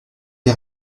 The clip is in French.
des